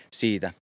siitä